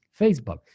Facebook